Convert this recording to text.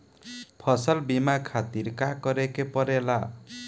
फसल बीमा खातिर का करे के पड़ेला?